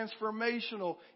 transformational